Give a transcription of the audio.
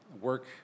work